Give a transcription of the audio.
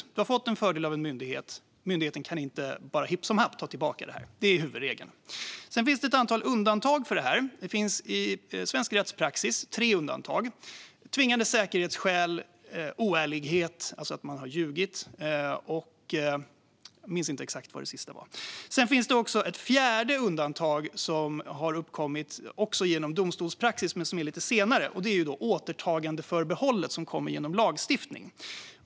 Om du har fått en fördel av en myndighet kan myndigheten inte bara hipp som happ ta tillbaka den. Det är huvudregeln. Sedan finns det ett antal undantag. Det finns i svensk rättspraxis tre undantag: tvingande säkerhetsskäl, oärlighet - alltså att man har ljugit - och jag minns inte exakt vad det tredje undantaget var. Sedan finns det också ett fjärde undantag som har uppkommit genom domstolspraxis men som är av lite senare datum, nämligen det så kallade återtagandeförbehållet, som kommer genom lagstiftning.